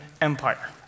Empire